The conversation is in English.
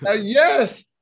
Yes